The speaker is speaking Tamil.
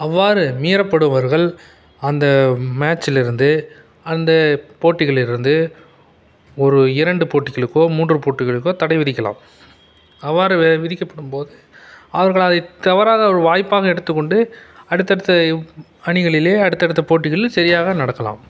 அவ்வாறு மீறப்படுவர்கள் அந்த மேட்ச்சில் இருந்து அந்த போட்டிகளில் இருந்து ஒரு இரண்டு போட்டிகளுக்கோ மூன்று போட்டிகளுக்கோ தடை விதிக்கலாம் அவ்வாறு வ விதிக்கப்படும் போது அவர்கள் அதை தவறாக ஒரு வாய்ப்பாக எடுத்துக்கொண்டு அடுத்தடுத்த அணிகளில் அடுத்தடுத்த போட்டிகளில் சரியாக நடக்கலாம்